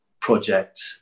project